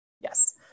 Yes